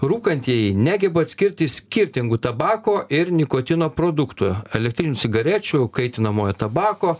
rūkantieji negeba atskirti skirtingų tabako ir nikotino produktų elektrinių cigarečių kaitinamojo tabako